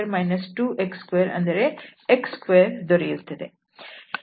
ಹಾಗಾಗಿ ನಮಗೆ 3x2 2x2 ಅಂದರೆ x2 ದೊರೆಯುತ್ತದೆ